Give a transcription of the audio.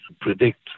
predict